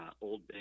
Old